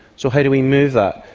so how do we move that?